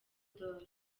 d’or